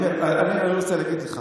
אתה יודע מה, באמת אני רוצה להגיד לך,